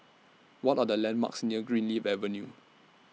What Are The landmarks near Greenleaf Avenue